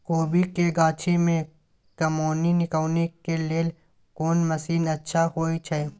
कोबी के गाछी में कमोनी निकौनी के लेल कोन मसीन अच्छा होय छै?